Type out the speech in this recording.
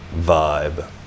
vibe